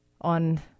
on